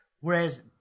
whereas